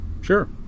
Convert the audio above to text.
Sure